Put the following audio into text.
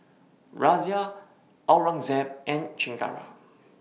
Razia Aurangzeb and Chengara